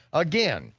again,